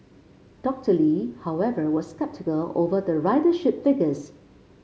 Doctor Lee however was sceptical over the ridership figures